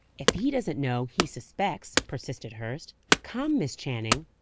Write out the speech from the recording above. if he doesn't know, he suspects, persisted hurst. come, miss channing.